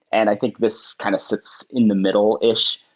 and i think this kind of sits in the middle ish.